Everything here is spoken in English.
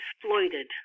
exploited